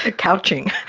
ah couching!